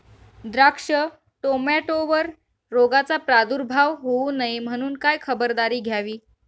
द्राक्ष, टोमॅटोवर रोगाचा प्रादुर्भाव होऊ नये म्हणून काय खबरदारी घ्यावी?